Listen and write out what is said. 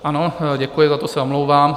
Ano, děkuji, za to se omlouvám.